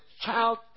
child